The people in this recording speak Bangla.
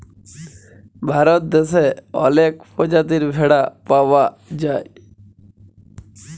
ভারত দ্যাশে অলেক পজাতির ভেড়া পাউয়া যায়